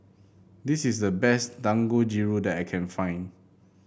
this is the best Dangojiru that I can find